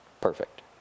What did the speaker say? perfect